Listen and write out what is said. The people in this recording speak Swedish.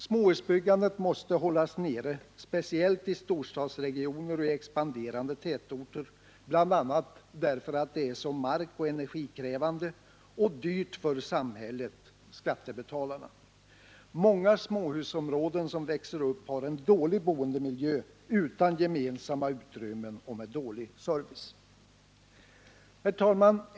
Småhusbyggandet måste hållas nere speciellt i storstadsregioner och expanderande tätorter, bl.a. därför att det är så markoch energikrävande och dyrt för samhället-skattebetalarna. Många småhusområden som växer upp har en dålig boendemiljö utan gemensamma utrymmen och med dålig service. Herr talman!